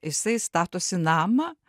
jisai statosi namą